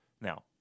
Now